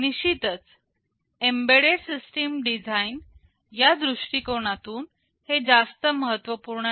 निश्चितच embedded system design या दृष्टिकोनातून हे जास्त महत्त्वपूर्ण नाही